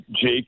Jake